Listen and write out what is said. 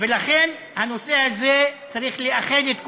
לכן, הנושא הזה צריך לאחד את כולם.